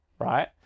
right